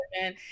man